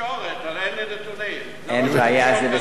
אין בעיה, זה בסדר גמור, זה בסדר גמור.